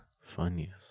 Funniest